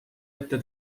ette